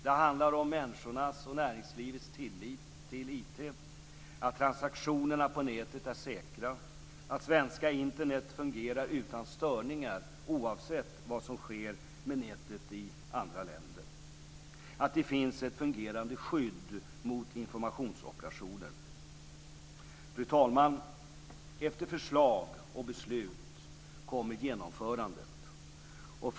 Det handlar om människornas och näringslivets tillit till IT, att transaktionerna på nätet är säkra, att svenska Internet fungerar utan störningar oavsett vad som sker med nätet i andra länder och om att det finns ett fungerande skydd mot informationsoperationer. Fru talman! Efter förslag och beslut kommer genomförandet.